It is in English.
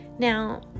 Now